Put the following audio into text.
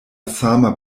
sama